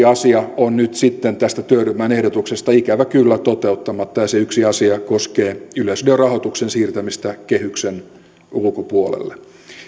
asia on nyt sitten tästä työryhmän ehdotuksesta ikävä kyllä toteuttamatta ja se yksi asia koskee yleisradion rahoituksen siirtämistä kehyksen ulkopuolelle